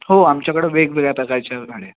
हो आमच्याकडं वेगवेगळ्या प्रकारच्या गाड्या आहेत